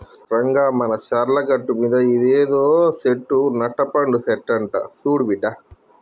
రంగా మానచర్ల గట్టుమీద ఇదేదో సెట్టు నట్టపండు సెట్టంట సూడు బిడ్డా